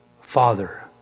father